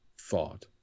thought